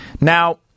Now